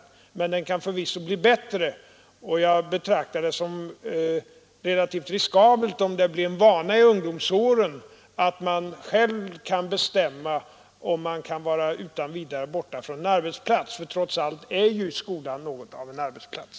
Men situationen kan förvisso bli bättre, och jag betraktar det som relativt riskabelt om det blir en vana i ungdomsåren att man själv kan bestämma om man utan vidare skall vara borta från en arbetsplats, för trots allt är ju skolan något av en arbetsplats.